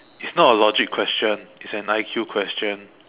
it's not a logic question it's an I_Q question